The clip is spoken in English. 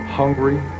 hungry